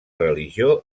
religió